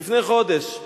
לפני חודש.